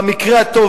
במקרה הטוב